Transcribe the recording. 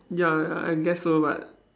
ya I guess so but